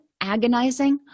agonizing